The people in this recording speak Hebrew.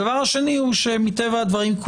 מטבע הדברים,